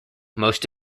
most